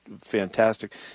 fantastic